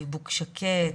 חיבוק שקט,